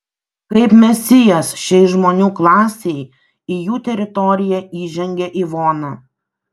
kaip mesijas šiai žmonių klasei į jų teritoriją įžengia ivona